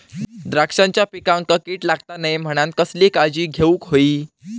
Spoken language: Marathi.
द्राक्षांच्या पिकांक कीड लागता नये म्हणान कसली काळजी घेऊक होई?